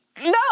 No